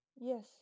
yes